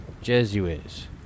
Jesuits